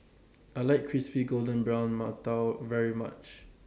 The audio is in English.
I like Crispy Golden Brown mantou very much